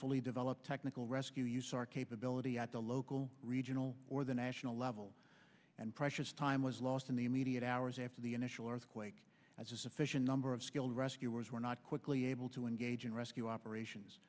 fully developed technical rescue use our capability at the local regional or the national law well and precious time was lost in the immediate hours after the initial earthquake as a sufficient number of skilled rescuers were not quickly able to engage in rescue operations